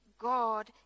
God